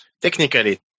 Technically